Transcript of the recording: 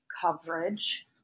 coverage